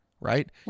right